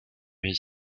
his